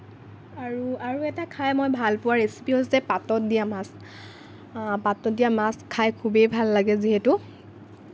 আৰু আৰু এটা মই খাই ভাল পোৱা ৰেচিপি হৈছে পাতত দিয়া মাছ পাতত দিয়া মাছ খাই খুবেই ভাল লাগে যিহেতু